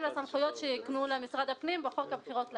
לסמכויות שהקנו למשרד הפנים בחוק הבחירות לכנסת.